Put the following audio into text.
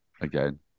again